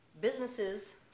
businesses